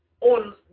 on